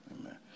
amen